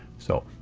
so,